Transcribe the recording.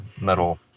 metal